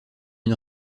une